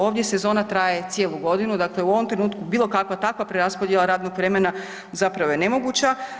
Ovdje sezona traje cijelu godinu, dakle u ovom trenutku bilo kakva takva preraspodjela radnog vremena zapravo je nemoguća.